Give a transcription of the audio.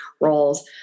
roles